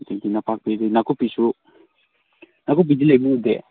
ꯑꯗꯒꯤ ꯅꯄꯥꯛꯄꯤ ꯅꯥꯀꯨꯞꯄꯤꯁꯨ ꯅꯥꯀꯨꯞꯄꯤꯗꯤ ꯂꯩꯕ ꯎꯗꯦ